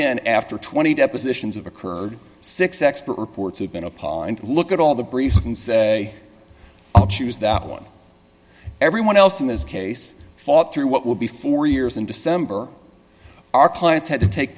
in after twenty depositions of occurred six expert reports have been appalled and look at all the briefs and say i'll choose that one everyone else in this case fought through what will be four years in december our clients had to take